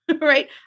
right